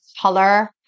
color